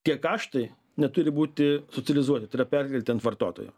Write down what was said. tie kaštai neturi būti socializuoti tai yra perkelti ant vartotojo